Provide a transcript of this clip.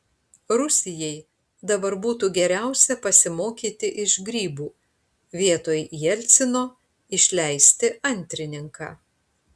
rusijai dabar būtų geriausia pasimokyti iš grybų vietoj jelcino išleisti antrininką